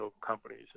companies